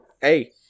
Hey